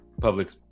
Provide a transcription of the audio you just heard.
public